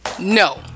no